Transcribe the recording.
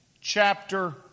chapter